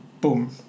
boom